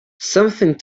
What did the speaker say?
something